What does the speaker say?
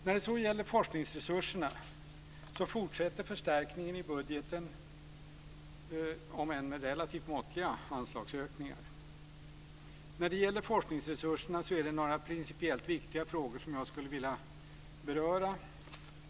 När det så gäller forskningsresurserna fortsätter förstärkningen i budgeten, om än med relativt måttliga anslagsökningar. När det gäller forskningsresurserna skulle jag vilja beröra några principiellt viktiga frågor.